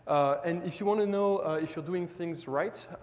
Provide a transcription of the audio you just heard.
and if you want to know if you're doing things right,